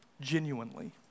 genuinely